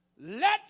Let